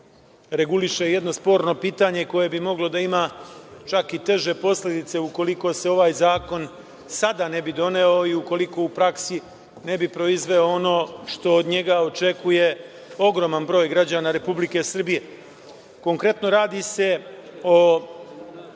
reguliše jedno sporno pitanje koje bi moglo da ima čak i teže posledice ukoliko se ovaj zakon sada ne bi doneo i ukoliko u praksi ne bi proizveo ono što od njega očekuje ogroman broj građana Republike Srbije. Konkretno, radi se o